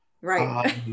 right